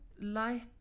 light